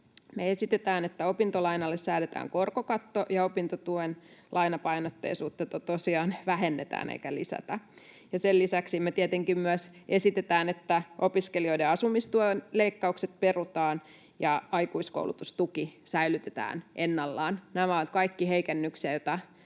Me esitetään, että opintolainalle säädetään korkokatto ja opintotuen lainapainotteisuutta tosiaan vähennetään eikä lisätä. Sen lisäksi me tietenkin myös esitetään, että opiskelijoiden asumistuen leikkaukset perutaan ja aikuiskoulutustuki säilytetään ennallaan. Nämä ovat kaikki heikennyksiä,